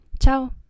Ciao